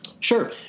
Sure